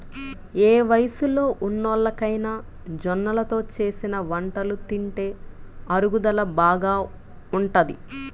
ఏ వయస్సులో ఉన్నోల్లకైనా జొన్నలతో చేసిన వంటలు తింటే అరుగుదల బాగా ఉంటది